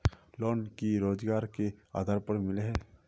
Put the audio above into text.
Loan की रोजगार के आधार पर मिले है?